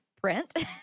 print